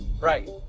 Right